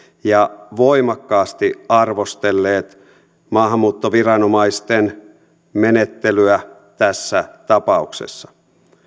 ja ovat voimakkaasti arvostelleet maahanmuuttoviranomaisten menettelyä tässä tapauksessa